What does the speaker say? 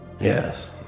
Yes